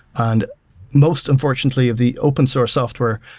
and most, unfortunately, of the open-source software,